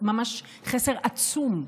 ממש חסר עצום,